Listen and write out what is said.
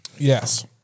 Yes